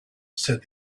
said